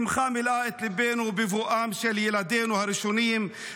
שמחה מילאה את ליבנו בבואם של ילדינו הראשונים,